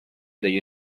the